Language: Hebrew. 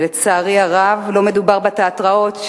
ולצערי הרב לא מדובר בתיאטראות,